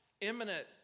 imminent